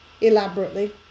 elaborately